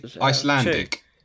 Icelandic